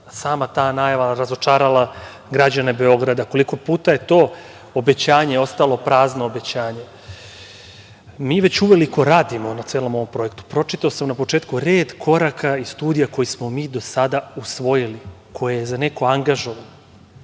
sama ta najava je razočarala građane Beograda, koliko puta je to obećanje ostalo prazno. Mi već uveliko radimo na celom ovom projektu, pročitao sam na početku, red koraka i studija koje smo mi do sada usvojili, koje je za neko angažovanje. Prve